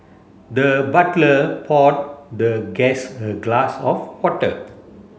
the butler poured the guest a glass of water